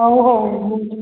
ହଉ ହଉ